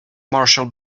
marshall